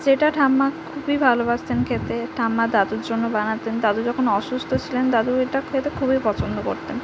যেটা ঠাম্মা খুবই ভালবাসতেন খেতে ঠাম্মা দাদুর জন্য বানাতেন দাদু যখন অসুস্থ ছিলেন দাদু এটা খেতে খুবই পছন্দ করতেন